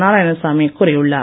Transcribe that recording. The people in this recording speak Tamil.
நாராயணசாமி கூறியுள்ளார்